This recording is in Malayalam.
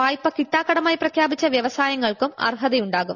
വായ്പ കിട്ടാക്കടമായി പ്രഖ്യാപിച്ച വ്യവസായങ്ങൾക്കും അർഹതയുണ്ടാകും